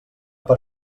per